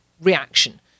reaction